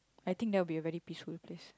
I think that will be a very peaceful place